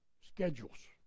schedules